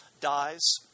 dies